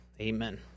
Amen